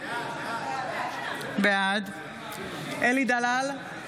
בעד אלי דלל,